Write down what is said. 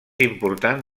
important